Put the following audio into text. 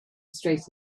straight